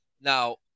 Now